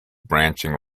branching